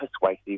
persuasive